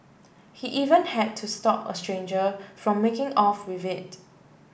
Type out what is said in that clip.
he even had to stop a stranger from making off with it